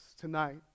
tonight